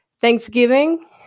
Thanksgiving